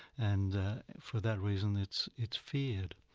and for that reason it's it's feared,